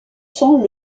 sont